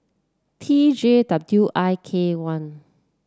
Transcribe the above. T J W I K one